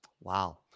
Wow